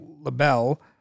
LaBelle